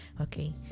okay